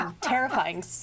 terrifying